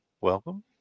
Welcome